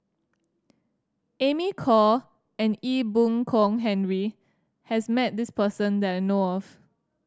Amy Khor and Ee Boon Kong Henry has met this person that I know of